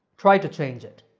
try to change it.